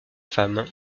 femme